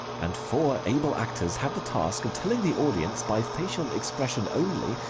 and four able actors have the task of telling the audience by facial expression only,